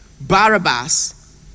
barabbas